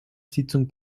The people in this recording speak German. sitzung